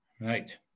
Right